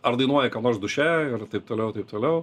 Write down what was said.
ar dainuoji ką nors duše ir taip toliau taip toliau